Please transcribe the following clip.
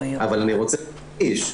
אבל אני רוצה להדגיש,